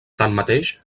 tanmateix